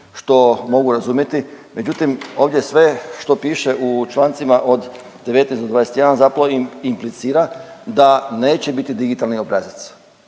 što mogu razumjeti, međutim, ovdje sve što piše u člancima 19-21 zapravo implicira da neće biti digitalni obrazac